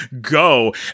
go